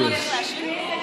לפי התקנון, לא צריך להשיב?